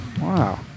Wow